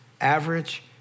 average